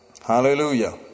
hallelujah